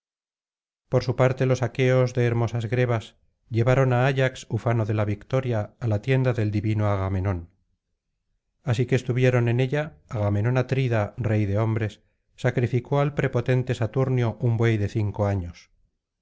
por su parte los aqueos de hermosas grebas llevaron á ayax ufano de la victoria á la tienda del divino agamemnon así que estuvieron en ella agamenón atrida rey de hombres sacrificó al prepotente saturnio un buey de cinco años